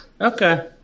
Okay